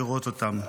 לראות אותם,